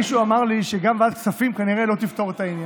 מישהו אמר לי שגם ועדת כספים כנראה לא תפתור את העניין.